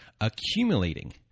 accumulating